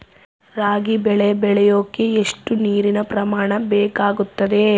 ರಾಗಿ ಬೆಳೆ ಬೆಳೆಯೋಕೆ ಎಷ್ಟು ನೇರಿನ ಪ್ರಮಾಣ ಬೇಕಾಗುತ್ತದೆ?